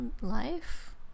life